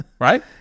Right